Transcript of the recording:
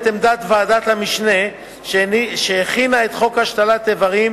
עמדת ועדת המשנה שהכינה את חוק השתלת אברים